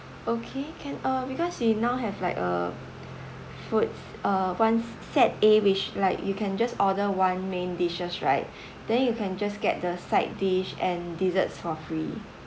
okay can uh because we now have like a food uh one set A which like you can just order one main dishes right then you can just get the side dish and desserts for free